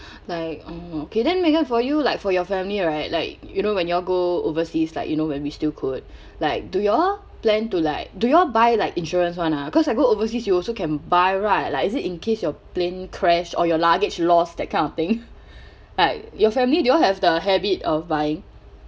like oh okay then megan for you like for your family right like you know when you all go overseas like you know when we still could like do you all plan to like do you all buy like insurance [one] ah cause like go overseas you also can buy right like is it in case your plane crash or your luggage lost that kind of thing right your family do you all have the habit of buying